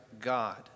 God